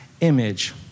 image